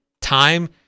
time